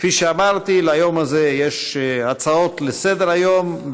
כפי שאמרתי, ליום הזה יש הצעות לסדר-היום.